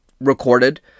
recorded